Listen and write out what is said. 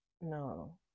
No